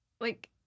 like-